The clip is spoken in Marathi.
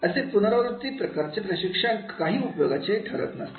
असे पुनरावृत्ती प्रकारचे प्रशिक्षण कार्यक्रम काही उपयोगी ठरत नसतात